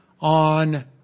on